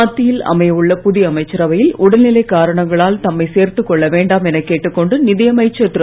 மத்தியில் அமையவுள்ள புதிய அமைச்சரவையில் உடல்நிலை காரணங்களால் தம்மை சேர்த்துக் கொள்ள வேண்டாம் எனக் கேட்டுக் கொண்டு நிதியமைச்சர் திரு